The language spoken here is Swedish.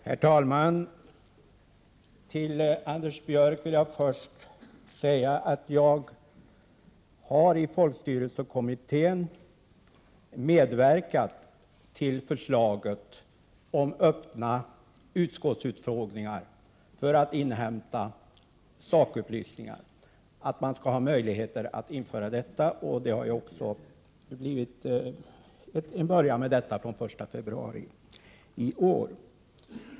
Herr talman! Till Anders Björck vill jag först säga att jag har i folkstyrelsekommittén medverkat till förslaget att det skall bli möjligt att genom öppna utskottsutfrågningar inhämta sakupplysningar. Denna ordning började ju också tillämpas den 1 februari i år.